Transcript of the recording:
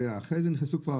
בהקשר של חקירת הספקים,